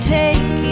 take